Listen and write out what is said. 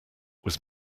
was